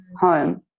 home